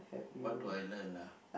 what do I learn ah